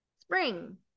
spring